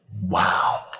Wow